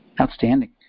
Outstanding